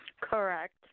Correct